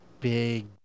big